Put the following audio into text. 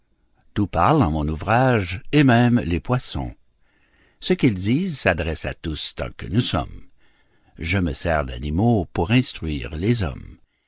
tout parle en mon ouvrage et même les poissons ce qu'ils disent s'adresse à tous tant que nous sommes je me sers d'animaux pour instruire les hommes